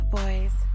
boys